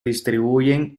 distribuyen